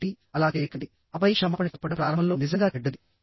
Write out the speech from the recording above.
కాబట్టి అలా చేయకండి ఆపై క్షమాపణ చెప్పడం ప్రారంభంలో నిజంగా చెడ్డది